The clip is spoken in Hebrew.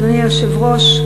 אדוני היושב-ראש,